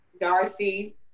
darcy